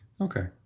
Okay